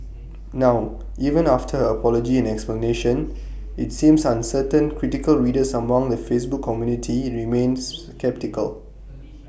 now even after her apology and explanation IT seems uncertain critical readers among the Facebook community remains sceptical